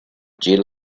jill